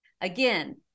Again